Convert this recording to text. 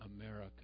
America